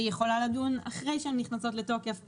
והיא יכולה לדון אחרי שהן נכנסות לתוקף בהמשך.